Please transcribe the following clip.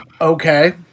okay